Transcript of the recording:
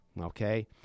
okay